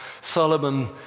Solomon